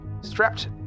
strapped